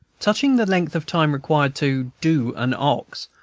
touching the length of time required to do an ox,